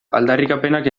aldarrikapenak